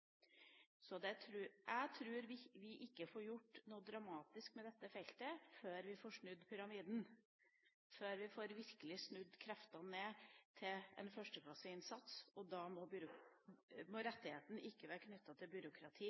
Jeg tror ikke vi får gjort noe dramatisk med dette feltet før vi får snudd pyramiden, før vi virkelig får snudd kreftene ned til en 1.-klasse-innsats, og da må rettigheten ikke være knyttet til byråkrati,